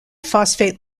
phosphate